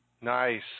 Nice